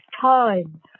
time